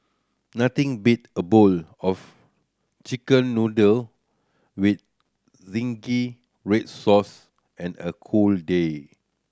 nothing beat a bowl of Chicken Noodle with zingy red sauce and a cold day